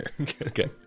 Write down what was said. Okay